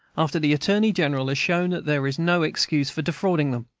after the attorney-general has shown that there is no excuse for defrauding them?